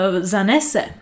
zanese